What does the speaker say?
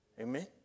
Amen